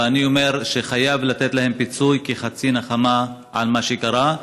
ואני אומר שחייבים לתת להם פיצוי כחצי נחמה על מה שקרה,